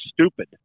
stupid